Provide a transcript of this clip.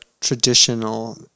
traditional